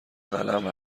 قلم